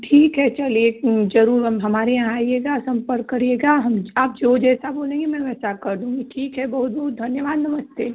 ठीक है चलिए जरूर हम हमारे यहाँ आइएगा संपर्क करिएगा हम आप जो जैसा बोलेंगी मैं वैसा कर दूँगी ठीक है बहुत बहुत धन्यवाद नमस्ते